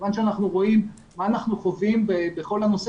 מכיוון שאנחנו רואים מה אנחנו חווים בכל הנושא